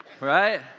Right